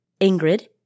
Ingrid